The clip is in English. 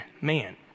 man